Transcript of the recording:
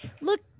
look